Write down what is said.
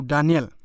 Daniel